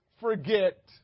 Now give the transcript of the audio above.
forget